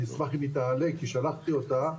אני אשמח אם היא תעלה כי שלחתי אותה.